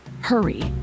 Hurry